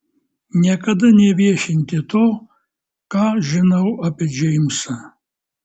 niekada neviešinti to ką žinau apie džeimsą